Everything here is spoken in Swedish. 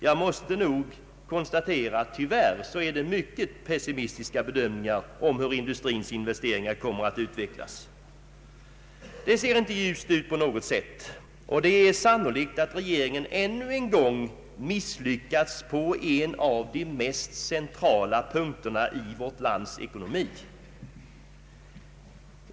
Jag måste konstatera att be dömningarna är mycket pessimistiska om hur industrins investeringar kommer att utvecklas. Det ser inte ljust ut på något sätt. Det är sannolikt att regeringen ännu en gång misslyckas på en av de mest centrala punkterna i vårt lands ekonomi.